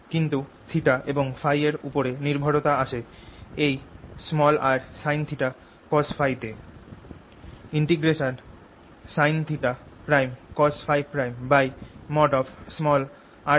কিন্তু এবং Փ এর উপর নির্ভরতা আসে এই r sinθcosՓ তে